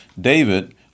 David